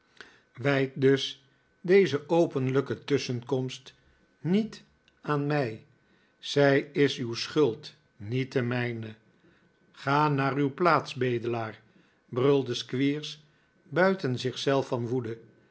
wijt dus nikolaas nickleby deze openlijke tusschenkomst niet aan mij zij is uw schuld niet de mijne ga naar uw plaats bedelaar brulde squeers buiten zich zelf van woede